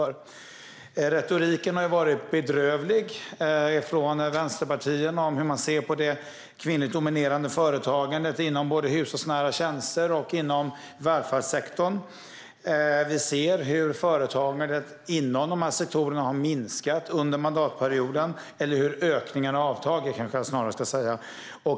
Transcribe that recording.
Retoriken från vänsterpartierna har varit bedrövlig om hur man ser på det kvinnligt dominerade företagandet både inom hushållsnära tjänster och inom välfärdssektorn. Företagandet inom dessa sektorer har minskat under mandatperioden, eller snarare har ökningen avtagit.